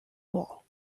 pole